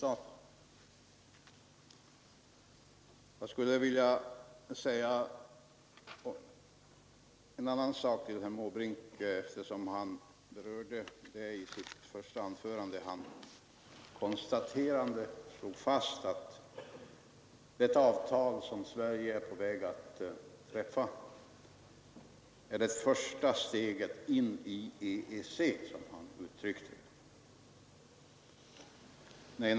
mm Jag skulle också vilja diskutera en annan sak med herr Måbrink, eftersom han berörde den i sitt första anförande. Han påstod att det avtal som Sverige är på väg att träffa är det första steget in i EEC, som han uttryckte det.